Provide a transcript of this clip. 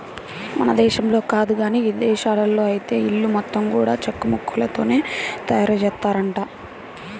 మన దేశంలో కాదు గానీ ఇదేశాల్లో ఐతే ఇల్లు మొత్తం గూడా చెక్కముక్కలతోనే తయారుజేత్తారంట